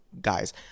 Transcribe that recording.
Guys